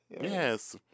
Yes